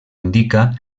indica